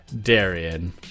Darian